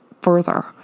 further